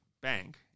bank